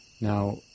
Now